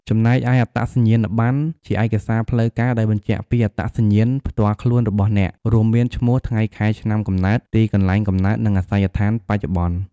ចំណែកឯ អត្តសញ្ញាណប័ណ្ណ ជាឯកសារផ្លូវការដែលបញ្ជាក់ពីអត្តសញ្ញាណផ្ទាល់ខ្លួនរបស់អ្នក រួមមាន ឈ្មោះ ថ្ងៃខែឆ្នាំកំណើត ទីកន្លែងកំណើត និងអាសយដ្ឋានបច្ចុប្បន្ន។